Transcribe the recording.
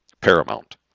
paramount